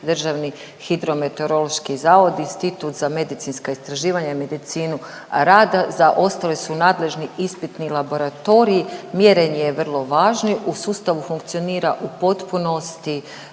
referentni laboratorij DHMZ, Institut za medicinska istraživanja i medicinu rada za ostale su nadležni ispitni laboratoriji. Mjerenje je vrlo važno u sustavu funkcionira u potpunosti